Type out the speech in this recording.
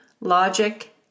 logic